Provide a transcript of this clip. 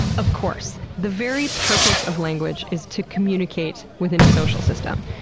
of course. the very purpose of language is to communicate within a social system.